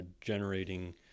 generating